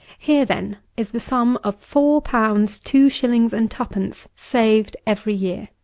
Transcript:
here, then, is the sum of four pounds two shillings and twopence saved every year.